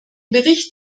bericht